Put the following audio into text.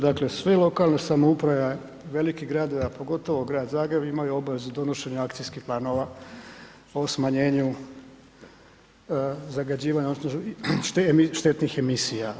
Dakle sve lokalne samouprave, veliki gradovi, a pogotovo grad Zagreb imaju obvezu donošenja akcijskih planova o smanjenju zagađivanja odnosno štetnih emisija.